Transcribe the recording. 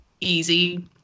easy